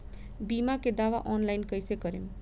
बीमा के दावा ऑनलाइन कैसे करेम?